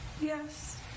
Yes